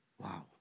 Wow